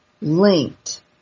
linked